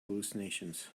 hallucinations